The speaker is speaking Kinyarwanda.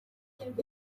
ibyo